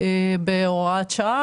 בהוראת שעה,